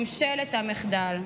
ממשלת המחדל.